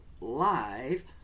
live